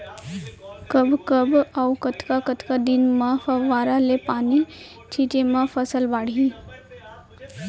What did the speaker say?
कब कब अऊ कतका कतका दिन म फव्वारा ले पानी छिंचे म फसल बाड़ही?